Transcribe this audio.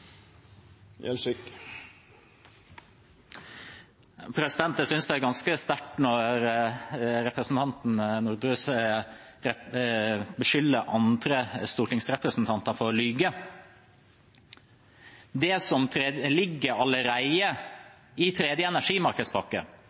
Jeg synes det er ganske sterkt når representanten Norderhus beskylder andre stortingsrepresentanter for å lyve. Det som allerede ligger i tredje energimarkedspakke,